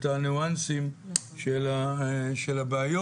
את הניואנסים של הבעיות.